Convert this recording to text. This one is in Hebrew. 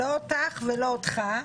לא אותך ולא אותך.